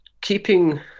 keeping